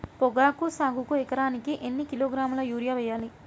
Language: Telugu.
పొగాకు సాగుకు ఎకరానికి ఎన్ని కిలోగ్రాముల యూరియా వేయాలి?